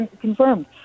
confirmed